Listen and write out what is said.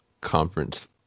conference